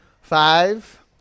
Five